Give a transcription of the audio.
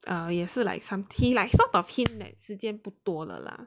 err 也是 like some he like sort of hint that 时间不多了 lah